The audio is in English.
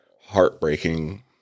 heartbreaking